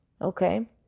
okay